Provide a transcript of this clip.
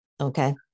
Okay